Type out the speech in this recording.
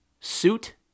suit